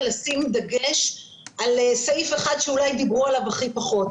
לשים דגש על סעיף אחד שאולי דיברו עליו הכי פחות.